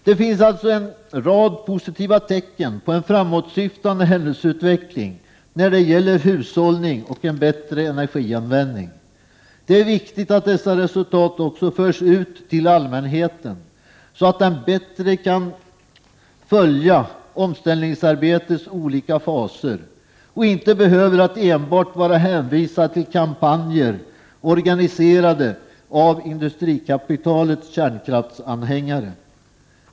Det finns alltså en rad positiva tecken på en framåtsyftande händelseutveckling när det gäller hushållning och en bättre energianvändning. Det är viktigt att dessa resultat också förs ut till allmänheten så att den bättre kan följa omställningsarbetets olika faser och inte enbart behöver vara hänvisad till kampanjer organiserade av industrikapitalets kärnkraftsanhängare.